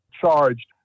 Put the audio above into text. charged